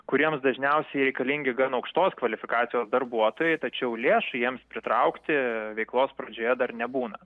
kuriems dažniausiai reikalingi gan aukštos kvalifikacijos darbuotojai tačiau lėšų jiems pritraukti veiklos pradžioje dar nebūna